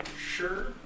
sure